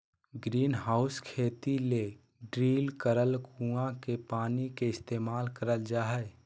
greenhouse खेती ले drill करल कुआँ के पानी के इस्तेमाल करल जा हय